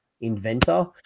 Inventor